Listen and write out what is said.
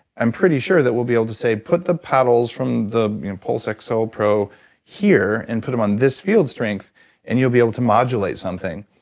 i'm pretty sure that we'll be able to say put the paddles from the pulse xl like so pro here and put them on this field strength and you'll be able to modulate something.